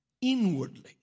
inwardly